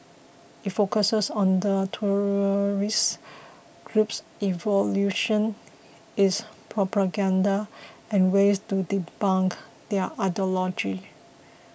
it focuses on the terrorist group's evolution its propaganda and ways to debunk their ideology